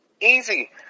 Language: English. Easy